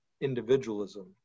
individualism